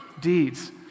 deeds